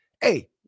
hey